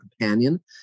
companion